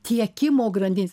tiekimo grandinės